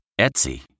Etsy